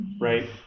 right